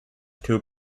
two